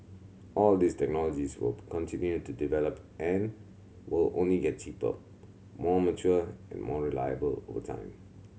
all these technologies will continue to develop and will only get cheaper more mature and more reliable over time